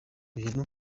bintu